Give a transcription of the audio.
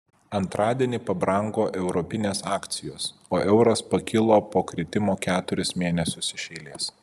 antradienį pabrango europinės akcijos o euras pakilo po kritimo keturis mėnesius iš eilės